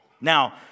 Now